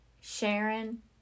Sharon